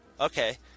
Okay